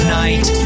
night